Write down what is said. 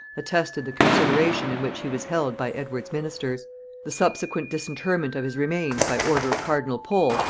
attested the consideration in which he was held by edward's ministers the subsequent disinterment of his remains by order of cardinal pole,